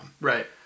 Right